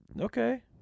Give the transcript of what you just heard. Okay